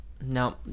no